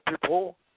people